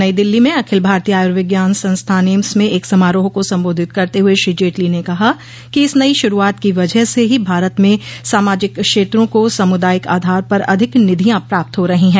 नई दिल्ली में अखिल भारतीय आयुर्विज्ञान संस्थान एम्स में एक समारोह को संबोधित करते हुए श्री जेटली ने कहा कि इस नई शुरुआत की वजह से ही भारत में सामजिक क्षेत्रों को सामुदायिक आधार पर अधिक निधियां प्राप्त हो रही हैं